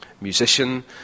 Musician